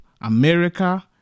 America